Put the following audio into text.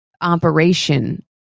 operation